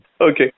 Okay